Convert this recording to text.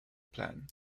plant